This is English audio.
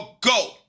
go